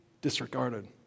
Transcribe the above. disregarded